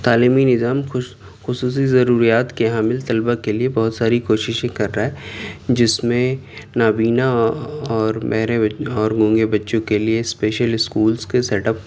تعلیمی نظام خصوصی ضروریات کے حامل طلباء کے لیے بہت ساری کوششیں کر رہا ہے جس میں نابینا اور میرے اور گونگے بچوں کے لیے اسپیشل اسکولس کے سیٹ اپ